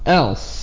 else